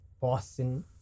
Boston